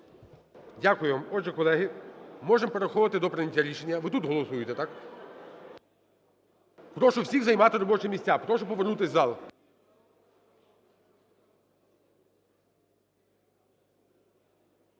Дякую. Отже, колеги, можемо переходити до прийняття рішення. Ви тут голосуєте, так? Прошу всіх займати робочі місця. Прошу провернутись в зал.